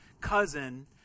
cousin